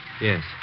Yes